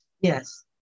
Yes